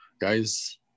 guys